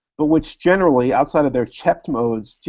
but which generally, outside of their checked modes,